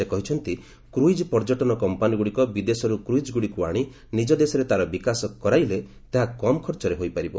ସେ କହିଛନ୍ତି କ୍ରଇକ୍ ପର୍ଯ୍ୟଟନ କମ୍ପାନୀଗୁଡ଼ିକ ବିଦେଶୀରୁ କ୍ରଇଜ୍ଗୁଡ଼ିକୁ ଆଣି ନିଜ ଦେଶରେ ତାର ବିକାଶ କରାଇଲେ ତାହା କମ୍ ଖର୍ଚ୍ଚରେ ହୋଇପାରିବ